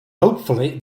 hopefully